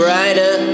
Brighter